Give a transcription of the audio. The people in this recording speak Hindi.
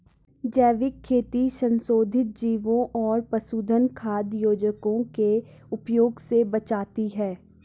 जैविक खेती संशोधित जीवों और पशुधन खाद्य योजकों के उपयोग से बचाती है